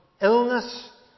illness